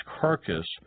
carcass